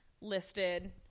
listed